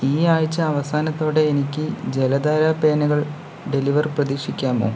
ഈ ആഴ്ച അവസാനത്തോടെ എനിക്ക് ജലധാര പേനകൾ ഡെലിവർ പ്രതീക്ഷിക്കാമോ